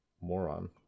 Moron